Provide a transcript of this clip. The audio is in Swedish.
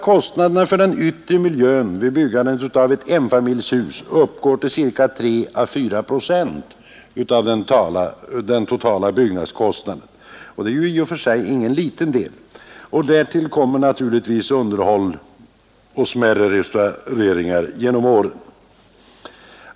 Kostnaderna för den yttre miljön vid byggandet av enfamiljshus beräknas uppgå till cirka tre å fyra procent av den totala byggnadskostnaden. Det är i och för sig ingen liten andel. Därtill kommer naturligtvis underhåll och smärre restaureringar genom åren.